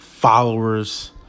followers